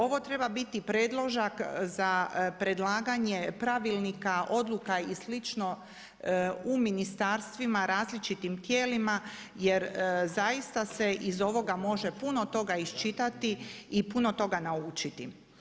Ovo treba biti predložak za predlaganje pravilnika, odluka i slično u ministarstvima, različitim tijelima, jer zaista se iz ovoga može puno toga iščitati i puno toga naučiti.